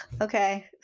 okay